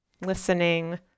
listening